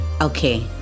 okay